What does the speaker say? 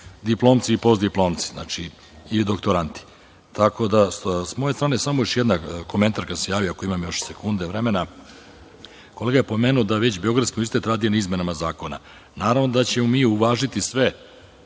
diplomci i postdiplomci ili doktoranti. Tako da sa moje strane, samo još jedan komentar, ako imam još vremena. Kolega je pomenuo da Beogradski univerzitet radi na izmenama zakona. Naravno da ćemo mi uvažiti sve